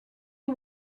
you